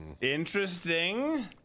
interesting